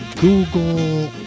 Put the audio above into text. Google